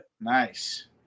Nice